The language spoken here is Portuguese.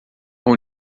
com